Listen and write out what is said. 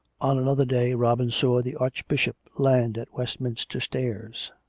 on another day robin saw the archbishop land at west minster stairs.